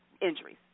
injuries